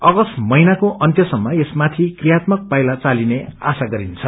अगस्त महिनाको अन्त्य सम्म यसमाथि क्रियात्मक पाइला चालिने आशा गरिन्छ